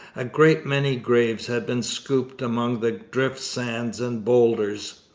a great many graves had been scooped among the drift sand and boulders.